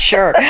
Sure